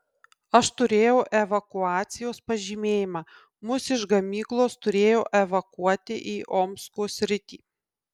aš turėjau evakuacijos pažymėjimą mus iš gamyklos turėjo evakuoti į omsko sritį